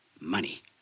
Money